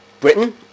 Britain